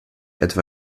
etwa